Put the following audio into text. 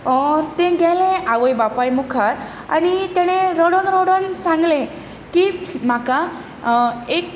तें गेलें आवय बापाय मुखार आनी ताणे रडून रडून सांगलें की म्हाका एक